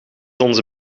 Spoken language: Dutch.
onze